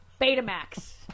Betamax